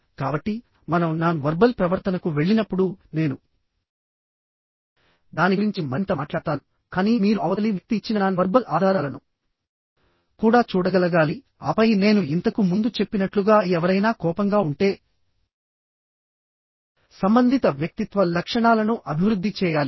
కాబట్టి మనం non verbal ప్రవర్తనకు వెళ్ళినప్పుడు నేను దాని గురించి మరింత మాట్లాడతానుకానీ మీరు అవతలి వ్యక్తి ఇచ్చిన నాన్ వర్బల్ ఆధారాలను కూడా చూడగలగాలిఆపై నేను ఇంతకు ముందు చెప్పినట్లుగా ఎవరైనా కోపంగా ఉంటే సంబంధిత వ్యక్తిత్వ లక్షణాలను అభివృద్ధి చేయాలి